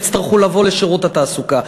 הם לא יצטרכו לבוא לשירות התעסוקה.